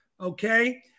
okay